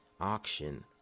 auction